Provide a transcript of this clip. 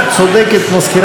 הינה, אני כבר לא בכושר.